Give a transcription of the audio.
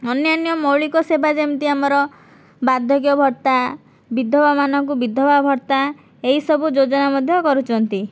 ଅନ୍ୟାନ୍ୟ ମୌଳିକ ସେବା ଯେମିତି ଆମର ବାର୍ଦ୍ଧକ୍ୟ ଭତ୍ତା ବିଧବାମାନଙ୍କୁ ବିଧବା ଭତ୍ତା ଏହି ସବୁ ଯୋଜନା ମଧ୍ୟ କରୁଛନ୍ତି